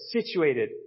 situated